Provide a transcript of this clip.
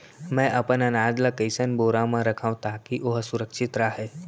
मैं अपन अनाज ला कइसन बोरा म रखव ताकी ओहा सुरक्षित राहय?